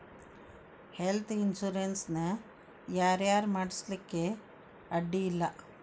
Health insurance ನ ಯಾರ್ ಯಾರ್ ಮಾಡ್ಸ್ಲಿಕ್ಕೆ ಅಡ್ಡಿ ಇಲ್ಲಾ?